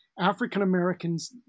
African-Americans